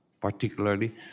particularly